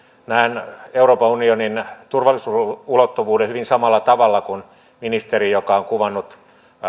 näen euroopan unionin turvallisuusulottuvuuden hyvin samalla tavalla kuin ministeri joka on kuvannut